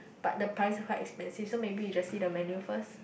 but the price quite expensive so maybe you just see the menu first